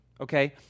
Okay